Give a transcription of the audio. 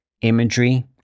imagery